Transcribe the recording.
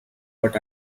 but